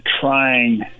trying